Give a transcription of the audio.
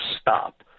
stop